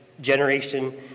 generation